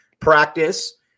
practice